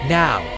now